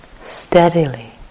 Steadily